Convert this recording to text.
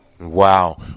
Wow